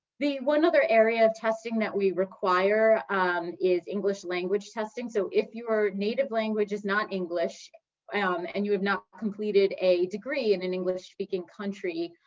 the one other area of testing that we require um is english language testing. so if your native language is not english ah um and you have not completed a degree in an english-speaking country,